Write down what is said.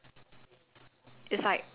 ya like they will never tear it down